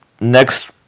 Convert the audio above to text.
next